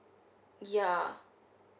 ya